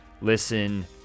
listen